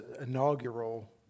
inaugural